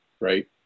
right